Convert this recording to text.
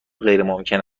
غیرممکن